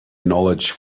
knowledge